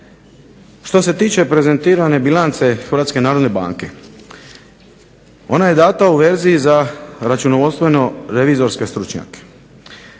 Što se tiče prezentirane bilance HNB ona je dana u vezi za računovodstveno revizorske stručnjake,